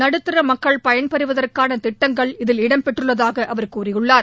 நடுத்தர மக்கள் பயன்பெறுவதற்கான திட்டங்கள் இதில் இடம்பெற்றுள்ளதாக அவர் கூறியுள்ளார்